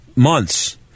Months